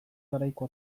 garaiko